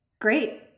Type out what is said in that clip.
great